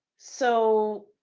so.